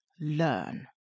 learn